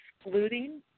excluding